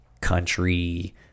country